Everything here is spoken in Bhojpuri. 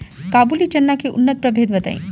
काबुली चना के उन्नत प्रभेद बताई?